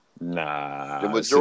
Nah